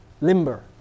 limber